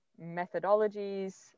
methodologies